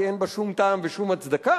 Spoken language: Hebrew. כי אין בה שום טעם ושום הצדקה,